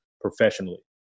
professionally